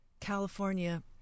California